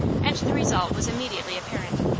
and the result was immediately apparent.